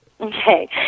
Okay